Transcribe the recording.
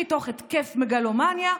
מתוך התקף מגלומניה,